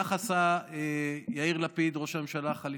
וכך עשה יאיר לפיד, ראש הממשלה החליפי,